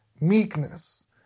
meekness